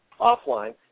offline